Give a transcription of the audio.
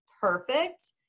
perfect